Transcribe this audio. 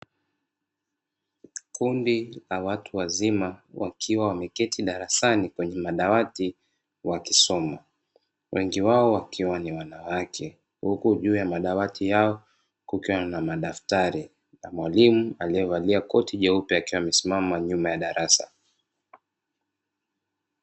Kundi la watu wazima wakiwa wameketi darasani kwenye madawati wakisoma, wengi wao wakiwa wanawake, huku juu ya madawati yao kukiwa na madaftari na mwalimu aliyevaalia koti jeupe akiwa amesimama nyuma ya darasa.